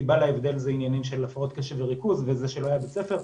הסיבה להבדל זה עניינים של הפרעות קשב וריכוז וזה שלא היה בית ספר,